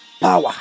power